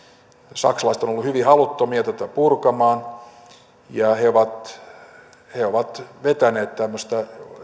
saksalaiset ovat olleet hyvin haluttomia tätä purkamaan ja he ovat he ovat vetäneet tämmöistä